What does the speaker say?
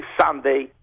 Sunday